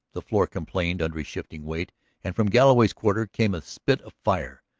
the floor complained under his shifting weight and from galloway's quarter came a spit of fire.